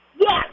Yes